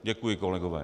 Děkuji, kolegové.